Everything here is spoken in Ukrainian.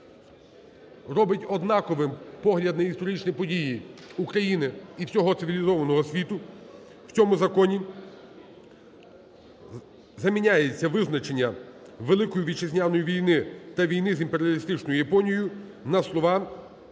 робить однаковим погляд на історичні події України і всього цивілізованого світу. В цьому законі заміняється визначення Великої Вітчизняної війни та війни з імперіалістичною Японією на слова